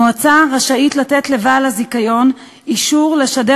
המועצה רשאית לתת לבעל הזיכיון אישור לשדר